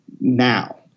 now